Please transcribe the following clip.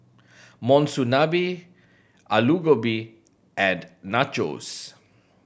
Monsunabe Alu Gobi and Nachos